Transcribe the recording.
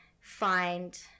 find